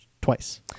twice